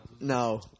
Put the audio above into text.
No